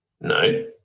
No